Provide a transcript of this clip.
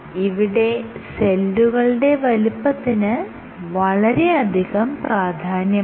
ഇവിടെ സെല്ലുകളുടെ വലുപ്പത്തിന് വളരെയധികം പ്രാധാന്യമുണ്ട്